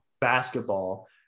basketball